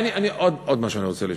עוד משהו אני רוצה לשאול.